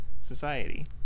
Society